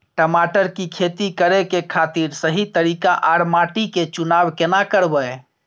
टमाटर की खेती करै के खातिर सही तरीका आर माटी के चुनाव केना करबै?